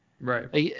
Right